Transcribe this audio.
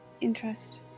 interest